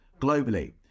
globally